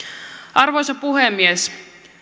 arvoisa puhemies